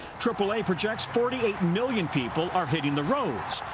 aaa projects forty eight million people are hitting the roads.